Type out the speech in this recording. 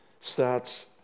starts